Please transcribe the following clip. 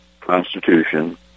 Constitution